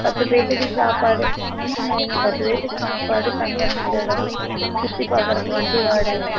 பத்து பேர்த்துக்கு சாப்பாடு ஆமாங்க ஏங்க பத்து பேர்த்துக்கு சாப்பாடு தங்குகிறதுக்கு இடம் சுற்றி பாக்குறதுக்கு வண்டி வாடகை